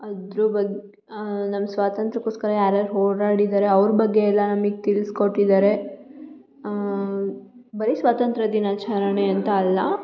ಅದ್ರ ಬಗ್ಗೆ ನಮ್ಮ ಸ್ವಾತಂತ್ರ್ಯಕ್ಕೋಸ್ಕರ ಯಾರ್ಯಾರು ಹೋರಾಡಿದ್ದಾರೆ ಅವ್ರ ಬಗ್ಗೆ ಎಲ್ಲ ನಮಿಗೆ ತಿಳಿಸ್ಕೊಟ್ಟಿದಾರೆ ಬರಿ ಸ್ವಾತಂತ್ರ್ಯ ದಿನಾಚರಣೆ ಅಂತ ಅಲ್ಲ